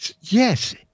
Yes